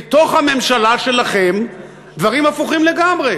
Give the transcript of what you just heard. בתוך הממשלה שלכם, דברים הפוכים לגמרי?